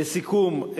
לסיכום,